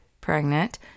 pregnant